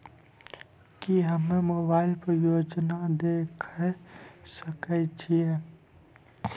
की हम्मे मोबाइल पर योजना देखय सकय छियै?